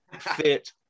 fit